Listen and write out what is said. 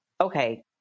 okay